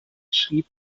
schrieb